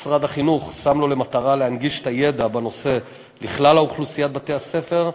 משרד החינוך שם לו למטרה להנגיש את הידע בנושא לכלל אוכלוסיית בתי-הספר,